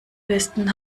besten